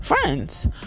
friends